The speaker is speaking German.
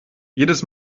jedes